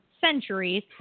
centuries